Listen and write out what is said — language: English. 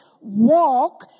Walk